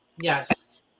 Yes